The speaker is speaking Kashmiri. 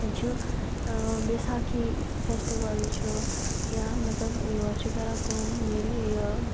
چھِ ٲں بیساکھی فیٚسٹِوَل چھُ یا مطلب یور چھِ کَران کٲم ییٚلہِ یہِ